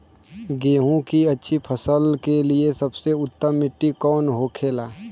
गेहूँ की अच्छी फसल के लिए सबसे उत्तम मिट्टी कौन होखे ला?